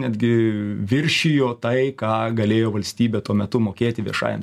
netgi viršijo tai ką galėjo valstybė tuo metu mokėti viešajam